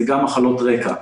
זה גם מחלות רקע.